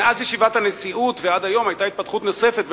מאז ישיבת הנשיאות ועד היום היתה התפתחות נוספת,